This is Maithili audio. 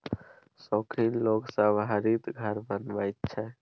शौखीन लोग सब हरित घर बनबैत छै